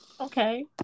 Okay